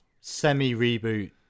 semi-reboot